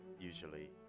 usually